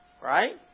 Right